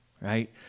right